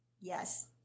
Yes